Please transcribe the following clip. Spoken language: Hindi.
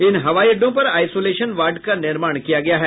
इन हवाई अड्डों पर आईसोलेशन वार्ड का निर्माण किया गया है